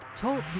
Talk